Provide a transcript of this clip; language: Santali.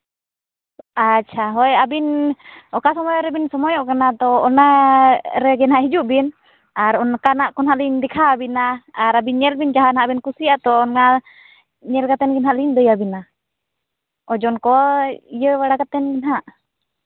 ᱟᱪᱪᱷᱟ ᱦᱳᱭ ᱟᱹᱵᱤᱱ ᱚᱠᱟ ᱥᱚᱢᱚᱭ ᱨᱮᱵᱮᱱ ᱥᱚᱢᱚᱭᱚᱜ ᱠᱟᱱᱟ ᱚᱱᱟ ᱨᱮᱜᱮ ᱦᱟᱸᱜ ᱦᱤᱡᱩᱜ ᱵᱤᱱ ᱟᱨᱚᱱᱠᱟᱱᱟᱜ ᱠᱚᱦᱚᱸ ᱞᱤᱧ ᱫᱮᱠᱷᱟᱣ ᱟᱹᱵᱤᱱᱟ ᱟᱨ ᱟᱹᱵᱤᱱ ᱧᱮᱞ ᱵᱤᱱ ᱡᱟᱦᱟᱱᱟᱜ ᱵᱮᱱ ᱠᱩᱥᱤᱭᱟᱜᱼᱟ ᱛᱚ ᱚᱱᱟ ᱧᱮᱞ ᱠᱟᱛᱮ ᱟᱹᱞᱤᱧ ᱦᱟᱸᱜ ᱞᱤᱧ ᱞᱟᱹᱭ ᱟᱹᱵᱤᱱᱟ ᱳᱡᱚᱱ ᱠᱚ ᱤᱭᱟᱹ ᱵᱟᱲᱟ ᱠᱟᱛᱮ ᱦᱟᱸᱜ